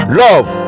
love